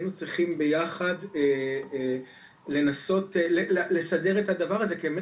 היינו צריכים ביחד לנסות לסדר את הדבר הזה כי אנחנו